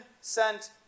sent